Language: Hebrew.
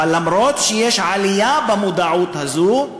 למרות שיש עלייה במודעות הזו,